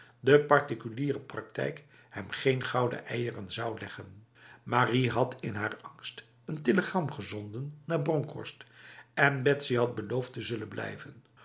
de particuliere praktijk hem geen gouden eieren zou leggen marie had in haar angst een telegram gezonden naar bronkhorst en betsy had beloofd te zullen blijven